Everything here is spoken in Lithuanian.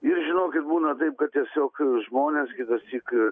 jūs žinokit būna taip kad tiesiog žmonės kitąsyk